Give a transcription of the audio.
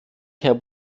herr